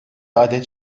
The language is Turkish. adet